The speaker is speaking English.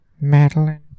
Madeline